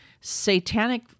satanic